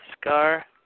Scar